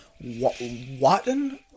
Watton